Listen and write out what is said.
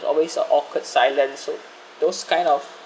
always a awkward silence so those kind of